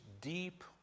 deep